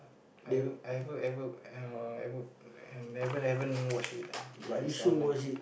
I haven't I haven't ever I haven't ever I never haven't watch it uh but it's online